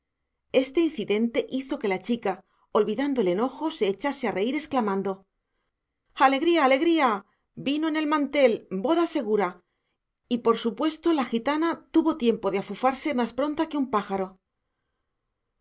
este incidente hizo que la chica olvidando el enojo se echase a reír exclamando alegría alegría vino en el mantel boda segura y por supuesto la gitana tuvo tiempo de afufarse más pronta que un pájaro